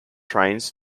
trains